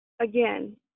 Again